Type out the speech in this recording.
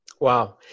Wow